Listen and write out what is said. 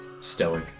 stoic